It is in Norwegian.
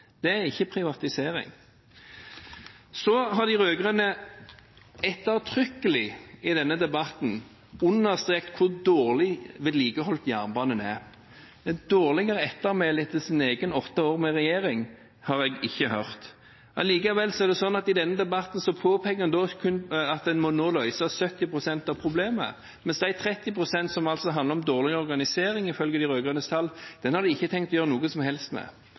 Det er ikke privatisering. De rød-grønne har i denne debatten ettertrykkelig understreket hvor dårlig vedlikeholdt jernbanen er. Et dårligere ettermæle etter sine egne åtte år med regjering har jeg ikke hørt. Allikevel påpeker en i denne debatten at en nå må løse 70 pst. av problemet, mens de 30 pst. som handler om dårlig organisering, ifølge de rød-grønnes tall, har de ikke tenkt å gjøre noe som helst med.